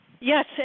Yes